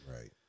right